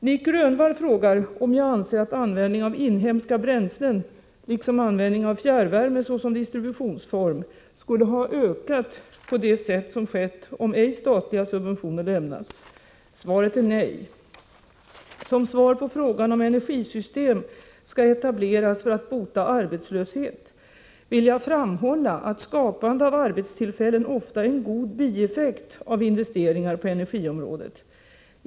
Nic Grönvall frågar om jag anser att användningen av inhemska bränslen liksom användningen av fjärrvärme såsom distributionsform skulle ha ökat på det sätt som skett om ej statliga subventioner lämnats. Svaret är nej! Som svar på frågan om energisystem skall etableras för att bota arbetslöshet vill jag framhålla att skapande av arbetstillfällen ofta är en god bieffekt av investeringar på energiområdet.